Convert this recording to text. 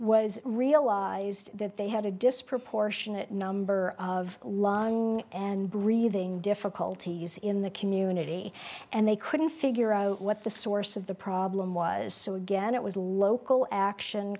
was realized that they had a disproportionate number of lung and breathing difficulties in the community and they couldn't figure out what the source of the problem was so again it was local action